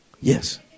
Yes